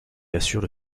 assurent